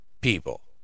People